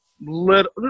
little